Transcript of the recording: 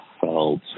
felt